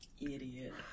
Idiot